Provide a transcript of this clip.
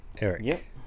Eric